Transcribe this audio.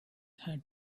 had